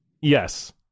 yes